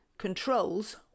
controls